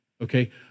Okay